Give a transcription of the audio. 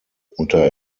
unter